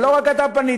ולא רק אתה פנית,